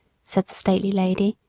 said the stately lady,